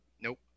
Nope